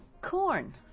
Corn